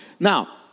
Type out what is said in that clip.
Now